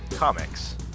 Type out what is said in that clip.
Comics